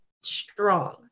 strong